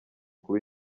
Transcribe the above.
kuba